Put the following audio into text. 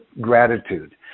gratitude